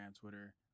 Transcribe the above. Twitter